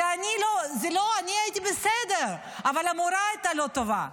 אני הייתי בסדר, אבל המורה הייתה לא טובה.